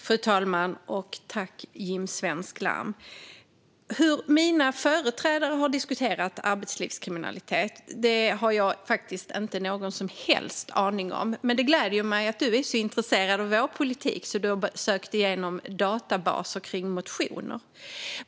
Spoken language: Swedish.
Fru talman! Hur mina företrädare har diskuterat arbetslivskriminalitet har jag faktiskt ingen som helst aning om. Men det gläder mig att du är så intresserad av vår politik att du har sökt igenom databaser med motioner, Jim Svensk Larm.